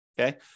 Okay